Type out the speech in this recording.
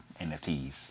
NFTs